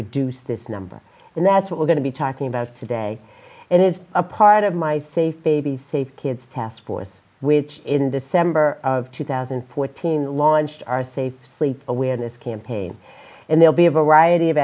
reduce this number and that's what we're going to be talking about today and it's a part of my safe a b safe kids task force which in the summer of two thousand and fourteen launched our safe sleep awareness campaign and they'll be a variety of